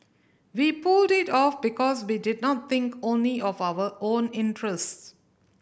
we pulled it off because we did not think only of our own interests